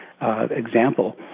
example